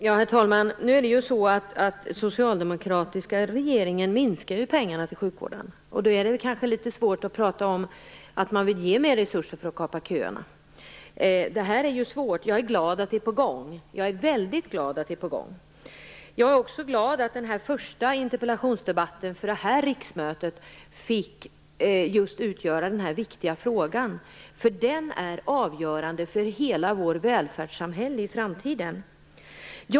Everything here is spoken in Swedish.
Herr talman! Den socialdemokratiska regeringen minskar ju pengarna till sjukvården. Därför är det kanske litet svårt att prata om att man vill ge mera resurser för att kapa köerna. Detta är svårt, men jag är väldigt glad över att det är på gång. Jag är också glad över att just den viktiga frågan fått utgöra den första interpellationsdebatten under det här riksmötet. Denna fråga är avgörande för hela vårt välfärdssamhälle i framtiden.